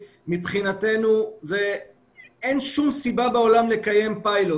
מבחינתנו אין שום סיבה בעולם לקיים פיילוט.